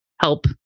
help